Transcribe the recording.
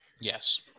Yes